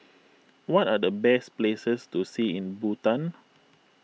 what are the best places to see in Bhutan